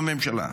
בממשלה.